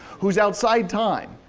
who's outside time,